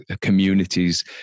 communities